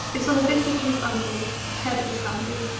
is on a visit to his uncle, the head of his family,